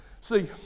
See